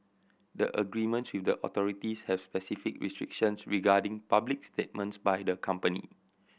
the agreements with the authorities have specific restrictions regarding public statements by the company